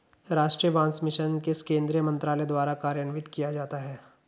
राष्ट्रीय बांस मिशन किस केंद्रीय मंत्रालय द्वारा कार्यान्वित किया जाता है?